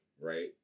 right